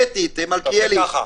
אוסאמה העלה,